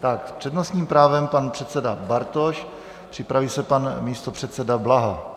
S přednostním právem pan předseda Bartoš, připraví se pan místopředseda Blaha.